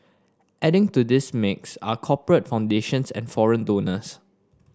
adding to this mix are corporate foundations and foreign donors